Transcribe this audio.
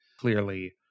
clearly